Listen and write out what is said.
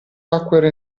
tacquero